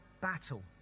Battle